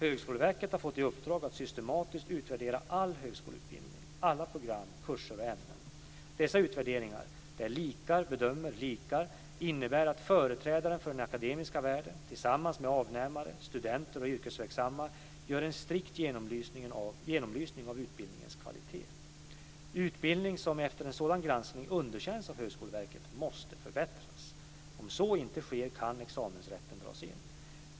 Högskoleverket har fått i uppdrag att systematiskt utvärdera all högskoleutbildning, alla program, kurser och ämnen. Dessa utvärderingar, där likar bedömer likar, innebär att företrädare för den akademiska världen tillsammans med avnämare, studenter och yrkesverksamma gör en strikt genomlysning av utbildningens kvalitet. Utbildning som efter en sådan granskning underkänns av Högskoleverket måste förbättras. Om så inte sker kan examensrätten dras in.